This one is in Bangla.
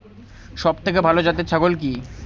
সবথেকে ভালো জাতের ছাগল কি?